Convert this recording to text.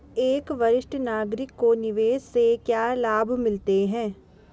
एक वरिष्ठ नागरिक को निवेश से क्या लाभ मिलते हैं?